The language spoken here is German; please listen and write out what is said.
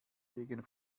gegen